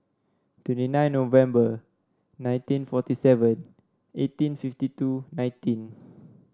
twenty nine November nineteen forty seven eighteen fifty two nineteen